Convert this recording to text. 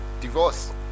divorce